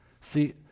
See